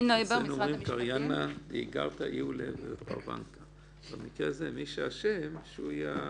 משרד המשפטים היה אמור להביא תקנות.